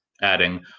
adding